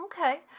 Okay